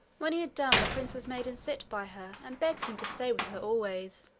when he had done the princess made him sit by her, and begged him to stay with her always.